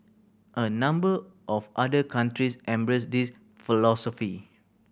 a number of other countries embrace this philosophy